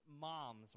moms